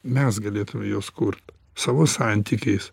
mes galėtume juos kurt savo santykiais